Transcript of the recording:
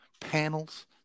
panels –